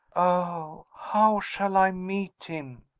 oh, how shall i meet him?